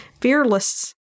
Fearless